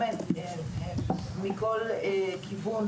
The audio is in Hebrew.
באמת מכל כיוון,